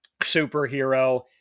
superhero